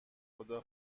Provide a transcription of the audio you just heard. خدا